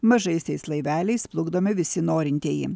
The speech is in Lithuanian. mažaisiais laiveliais plukdomi visi norintieji